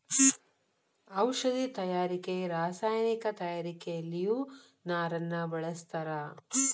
ಔಷದಿ ತಯಾರಿಕೆ ರಸಾಯನಿಕ ತಯಾರಿಕೆಯಲ್ಲಿಯು ನಾರನ್ನ ಬಳಸ್ತಾರ